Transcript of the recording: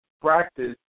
practice